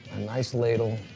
nice ladle